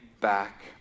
back